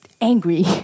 angry